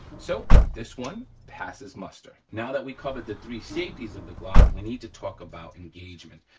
so this one passes muster. now that we covered the three safeties of the glock, we need to talk about engagement.